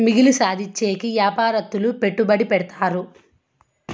మిగులు సాధించేకి యాపారత్తులు పెట్టుబడి పెడతారు